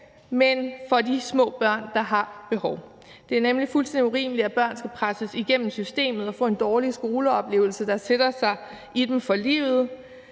men for de små børn, der har det behov. Det er nemlig fuldstændig urimeligt, at børn skal presses igennem systemet og få en dårlig skoleoplevelse, der sætter sig i dem for livet,